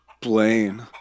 Blaine